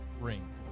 ring